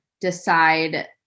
decide